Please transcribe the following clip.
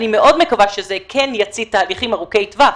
אני מאוד מקווה שזה כן יצית תהליכים ארוכי טווח,